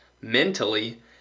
mentally